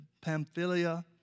Pamphylia